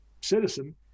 citizen